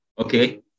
okay